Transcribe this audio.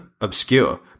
obscure